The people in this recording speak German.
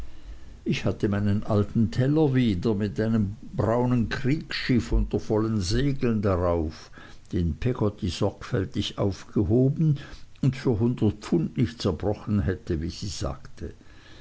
ich hatte meinen alten teller wieder mit einem braunen kriegsschiff unter vollen segeln darauf den peggotty sorgfältig aufgehoben und für hundert pfund nicht zerbrochen hätte wie sie sagte